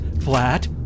Flat